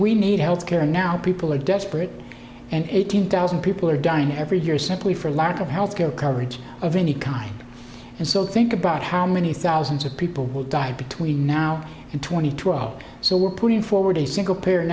we need health care now people are desperate and eighteen thousand people are dying every year simply for lack of health care coverage of any kind and so think about how many thousands of people will die between now and two thousand and twelve so we're putting forward a single pa